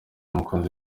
n’umukunzi